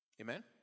Amen